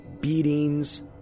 beatings